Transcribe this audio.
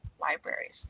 libraries